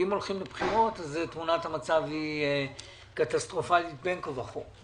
ואם הולכים לבחירות אז תמונת המצב קטסטרופלית בין כה וכה.